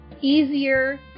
easier